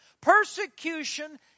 Persecution